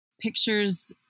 pictures